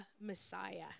Messiah